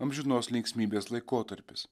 amžinos linksmybės laikotarpis